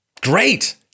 Great